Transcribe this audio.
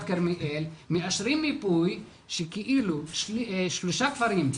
כרמיאל מאשרים מיפוי שכאילו שלושה כפרים,